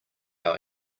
our